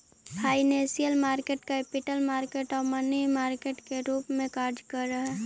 financial market capital market आउ money market के रूप में कार्य करऽ हइ